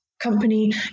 company